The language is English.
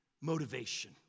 motivation